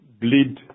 bleed